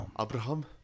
abraham